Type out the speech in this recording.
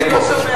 אני פה.